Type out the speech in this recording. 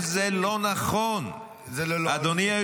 זה לא נכון --- זה ללא עלות תקציבית.